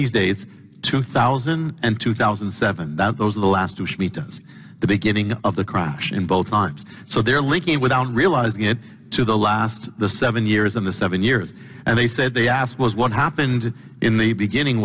these days two thousand and two thousand and seven those of the last two should meet the beginning of the crash in both times so they're linking without realizing it to the last the seven years of the seven years and they said they asked was what happened in the beginning